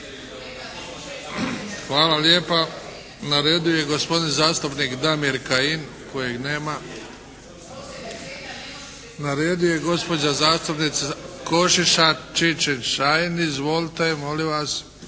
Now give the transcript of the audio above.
Hvala lijepa. Na redu je gospodin zastupnik Damir Kajin kojeg nema. Na redu je gospođa zastupnica Košiša Čičin-Šain. Izvolite molim vas.